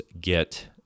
get